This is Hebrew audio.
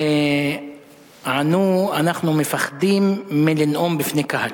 הם ענו: אנחנו מפחדים לנאום לפני קהל,